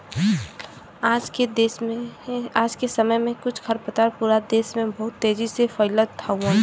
आज के समय में कुछ खरपतवार पूरा देस में बहुत तेजी से फइलत हउवन